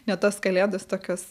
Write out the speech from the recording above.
ne tos kalėdos tokios